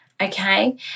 Okay